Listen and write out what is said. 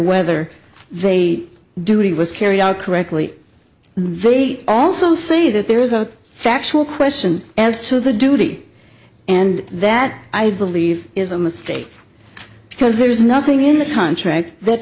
whether they do it was carried out correctly they also say that there is a factual question as to the duty and that i believe is a mistake because there is nothing in the contract that